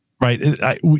right